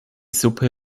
suppe